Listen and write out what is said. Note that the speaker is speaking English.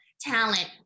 talent